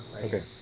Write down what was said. Okay